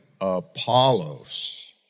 Apollos